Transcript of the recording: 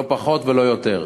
לא פחות ולא יותר.